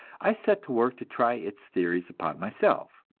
i set to work to try its theories upon myself.